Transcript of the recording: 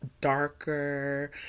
darker